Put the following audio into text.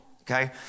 Okay